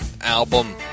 album